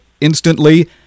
instantly